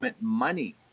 money